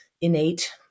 innate